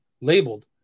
labeled